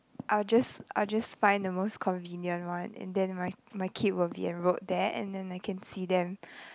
I'll just I'll just find the most convenient one and then my my kid will be enrolled there and then I can see them